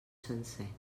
sencer